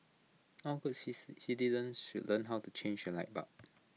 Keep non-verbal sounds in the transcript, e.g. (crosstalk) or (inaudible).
all good (unintelligible) citizens should learn how to change A light bulb